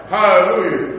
Hallelujah